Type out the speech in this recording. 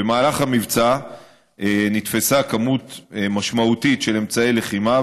במהלך המבצע נתפסה כמות משמעותית של אמצעי לחימה,